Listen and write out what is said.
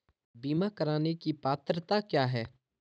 बीमा करने की पात्रता क्या है?